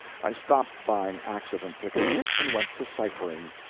i stopped buying accident tickets and went to ciphering.